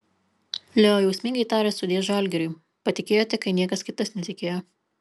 leo jausmingai tarė sudie žalgiriui patikėjote kai niekas kitas netikėjo